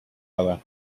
other